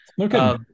Okay